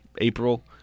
april